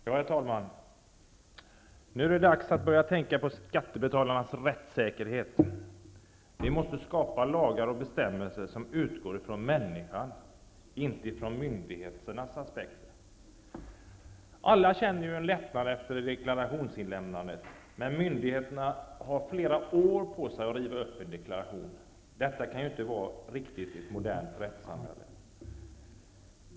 Herr talman! Nu är det dags att börja tänka på skattebetalarnas rättssäkerhet. Vi måste skapa lagar och bestämmelser som utgår från människan och inte från myndigheternas aspekter. Alla känner vi en lättnad efter deklarationsinlämnandet. Myndigheterna har flera år på sig att riva upp en deklaration. Detta kan inte vara riktigt i ett modernt rättssamhälle.